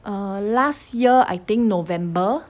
um last year I think november